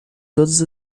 todas